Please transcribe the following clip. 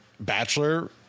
bachelor